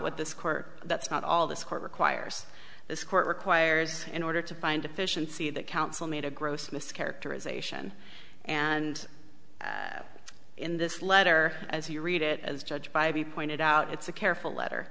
what this court that's not all this court requires this court requires in order to find efficiency that counsel made a gross mischaracterization and in this letter as he read it as judge by we pointed out it's a careful letter